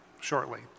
shortly